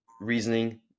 reasoning